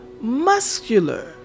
muscular